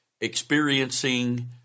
experiencing